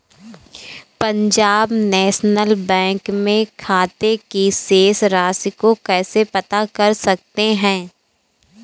Punjab national bank में खाते की शेष राशि को कैसे पता कर सकते हैं?